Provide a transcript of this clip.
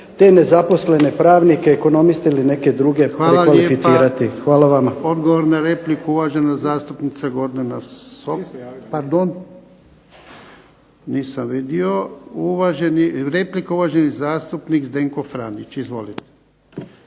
te nezaposlene pravnike, ekonomiste ili neke druge prekvalificirati? Hvala. **Jarnjak, Ivan (HDZ)** Hvala lijepa. Odgovor na repliku uvažena zastupnika Gordana Sobol, pardon. Replika uvaženi zastupnik Zdenko Franić. Izvolite.